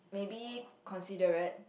maybe considerate